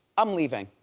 i'm leaving,